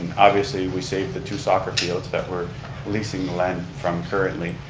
obviously, we saved the two soccer fields that we're leasing the land from currently,